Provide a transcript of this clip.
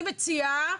אני מציעה,